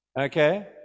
Okay